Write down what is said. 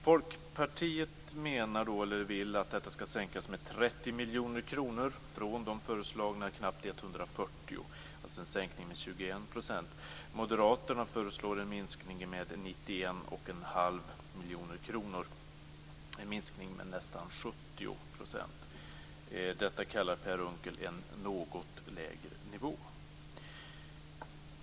Folkpartiet vill att partistödet skall sänkas med 30 miljoner kronor från de föreslagna knappt 140 miljonerna, alltså en sänkning med 21 %. Moderaterna föreslår en minskning med 91,5 miljoner kronor, en minskning med nästan 70 %. Detta kallar Per Unckel för en något lägre nivå.